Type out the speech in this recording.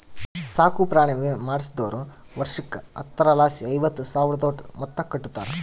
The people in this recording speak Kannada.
ಸಾಕುಪ್ರಾಣಿ ವಿಮೆ ಮಾಡಿಸ್ದೋರು ವರ್ಷುಕ್ಕ ಹತ್ತರಲಾಸಿ ಐವತ್ತು ಸಾವ್ರುದೋಟು ಮೊತ್ತ ಕಟ್ಟುತಾರ